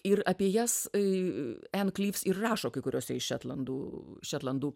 ir apie jas e ann klyvs ir rašo kai kuriose iš šetlandų šetlandų